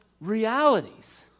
realities